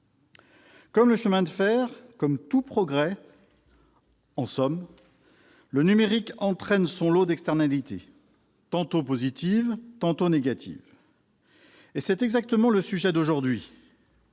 Comme le chemin de fer, donc, comme tout progrès en somme, le numérique entraîne son lot d'externalités, tantôt positives, tantôt négatives. Et c'est exactement le sujet d'aujourd'hui